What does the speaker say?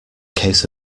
case